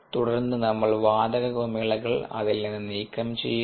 തുടർന്ന് നമ്മൾ വാതക കുമിളകൾ അതിൽ നിന്ന് നീക്കം ചെയ്യുന്നു